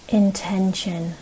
intention